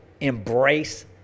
embrace